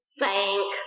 thank